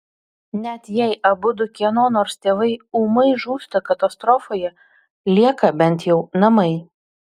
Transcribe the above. net jei abudu kieno nors tėvai ūmai žūsta katastrofoje lieka bent jau namai